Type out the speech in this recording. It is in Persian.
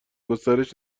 گسترش